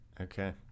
Okay